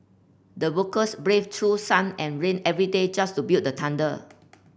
the workers braved through sun and rain every day just to build the tender